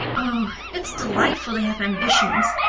oh, it's delightful to have ambitions.